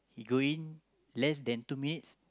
he go in less than two minutes